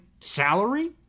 salary